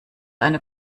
eine